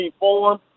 form